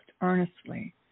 earnestly